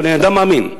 אבל אני אדם מאמין,